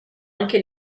anche